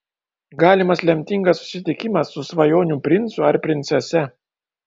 galimas lemtingas susitikimas su svajonių princu ar princese